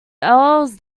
elves